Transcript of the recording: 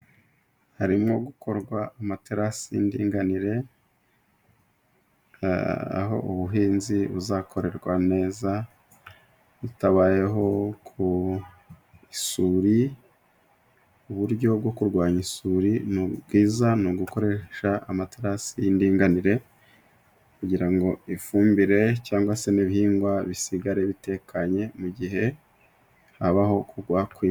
Harimo gukorwa amaterasi y'indinganire; aho ubuhinzi buzakorerwa neza hatabayeho ku... isuri, uburyo bwo kurwanya isuri bwiza ni ugukoresha amaterasi y'indinganire, kugira ngo ifumbire cyangwa se n'ibihingwa bisigare bitekanye mu gihe habaho kugwa kw'imvura.